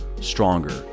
Stronger